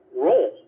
role